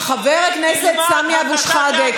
חבר הכנסת סמי אבו שחאדה,